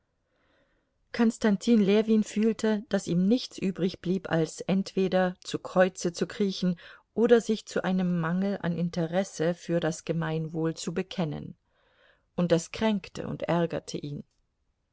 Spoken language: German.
konstantin ljewin fühlte daß ihm nichts übrigblieb als entweder zu kreuze zu kriechen oder sich zu einem mangel an interesse für das gemeinwohl zu bekennen und das kränkte und ärgerte ihn